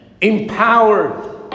Empowered